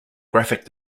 graphic